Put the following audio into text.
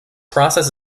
process